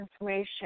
information